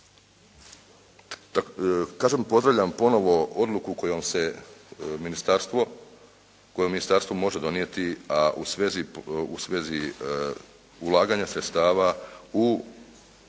Kažem pozdravljam ponovo odluku kojom se ministarstvo, koju ministarstvo može donijeti a u svezi ulaganja sredstava u